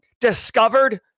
discovered